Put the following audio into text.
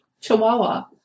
Chihuahua